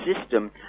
system